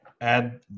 add